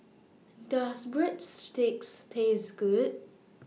Does Breadsticks Taste Good